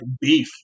beef